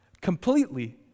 completely